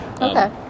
Okay